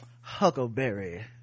huckleberry